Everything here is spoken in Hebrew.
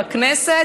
לכנסת,